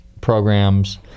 programs